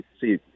see